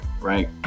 right